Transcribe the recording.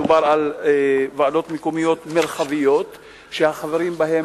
מדובר על ועדות מקומיות מרחביות שהחברים בהן